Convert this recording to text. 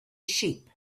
sheep